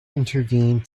intervened